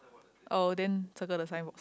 oh then circle the signboard